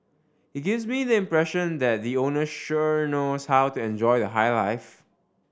it gives me the impression that the owner sure knows how to enjoy the high life